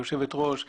היושבת-ראש.